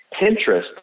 Pinterest